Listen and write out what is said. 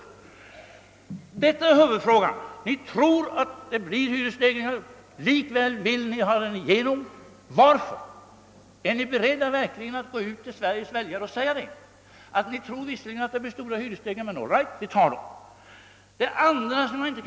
Huvudproblemet är alltså: Ni tror att regeringsförslaget medför hyressteg ringar. Likväl vill ni genomföra det. Varför? Är ni verkligen beredda att säga till väljarna i vårt land, att ni visserligen tror att hyresstegringarna blir avsevärda men att ni accepterar det?